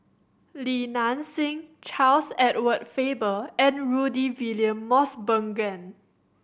Li Nanxing Charles Edward Faber and Rudy William Mosbergen